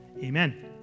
amen